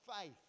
faith